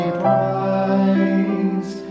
price